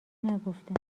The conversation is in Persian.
نگفتم